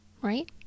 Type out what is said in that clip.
right